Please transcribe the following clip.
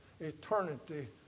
eternity